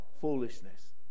foolishness